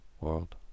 world